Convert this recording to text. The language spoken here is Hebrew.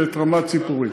את רמת-ציפורים.